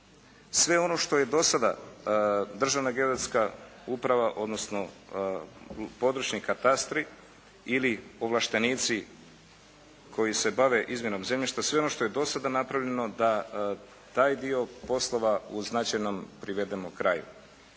sve ono što je do sada Državna geodetska uprava odnosno područni katastri ili ovlaštenici koji se bave izmjenom zemljišta sve ono što je do sada napravljeno da taj dio poslova u značajnom privedemo kraju